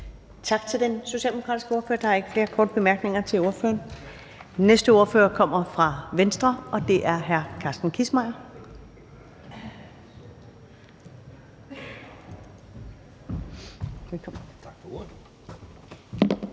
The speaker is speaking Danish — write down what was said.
Tak til den socialdemokratiske ordfører. Der er ikke flere korte bemærkninger til ordføreren. Næste ordfører kommer fra Venstre, og det er hr. Carsten Kissmeyer.